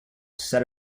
set